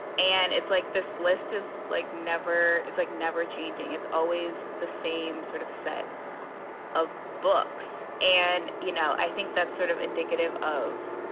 and it's like this list is like never it's like never changing. it's always the same sort of set of books. books. and, you know, i think that's sort of indicative of,